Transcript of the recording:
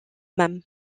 même